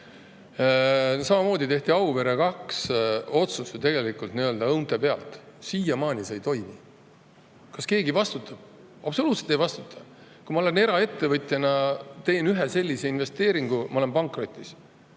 Samamoodi tehti Auvere 2 otsus ju tegelikult õunte pealt. Siiamaani see ei toimi. Kas keegi vastutab? Absoluutselt ei vastuta! Kui ma teen eraettevõtjana ühe sellise investeeringu, ma olen pankrotis.